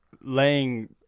laying